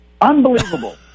Unbelievable